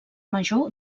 major